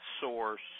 source